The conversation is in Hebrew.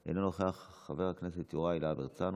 חבר הכנסת עודד פורר,